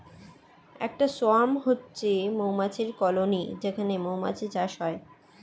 একটা সোয়ার্ম হচ্ছে মৌমাছির কলোনি যেখানে মৌমাছির চাষ হয়